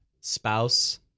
spouse